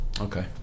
Okay